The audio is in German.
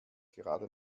gerade